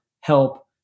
help